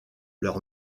leur